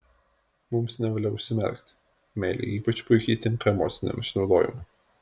mums nevalia užsimerkti meilė ypač puikiai tinka emociniam išnaudojimui